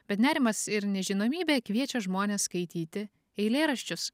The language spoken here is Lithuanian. bet nerimas ir nežinomybė kviečia žmones skaityti eilėraščius